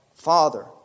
Father